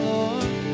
Lord